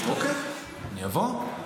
אוקיי, אני אבוא.